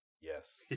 Yes